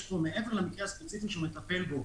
פה מעבר למקרה הספציפי שהוא מטפל בו